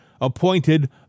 appointed